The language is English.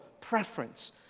preference